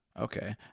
Okay